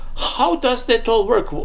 how does that all work?